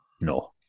No